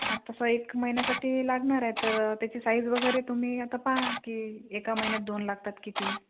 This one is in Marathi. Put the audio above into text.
तसा एक महिन्यासाठी लागणार आहे तर त्याची साईज वगैरे तुम्ही आता पहा की एका महिन्यात दोन लागतात की तीन